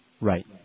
Right